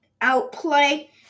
outplay